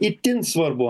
itin svarbu